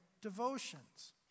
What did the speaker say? devotions